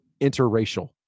interracial